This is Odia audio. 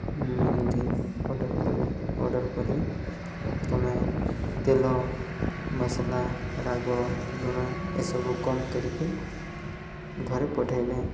ମୁଁ ଏମିତି ଅର୍ଡ଼ର୍ କରେ ଅର୍ଡ଼ର୍ କରି ତମେ ତେଲ ମସଲା ରାଗ ଲୁଣ ଏସବୁ କମ୍ କରିକି ଘରେ ପଠାଇବେ